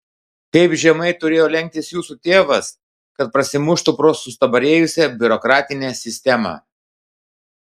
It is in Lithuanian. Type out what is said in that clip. kaip žemai turėjo lenktis jūsų tėvas kad prasimuštų pro sustabarėjusią biurokratinę sistemą